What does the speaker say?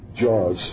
jaws